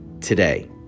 today